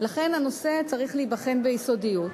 לכן הנושא צריך להיבחן ביסודיות.